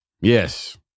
Yes